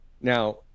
Now